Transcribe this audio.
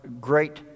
Great